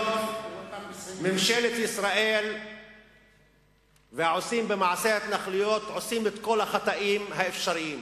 ממשלת ישראל והעושים מעשי ההתנחלויות עושים את כל החטאים האפשריים.